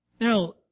Now